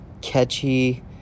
catchy